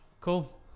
cool